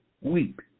weep